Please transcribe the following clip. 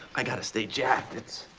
i got to stay jacked. it's.